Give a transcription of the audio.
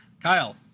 Kyle